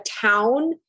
town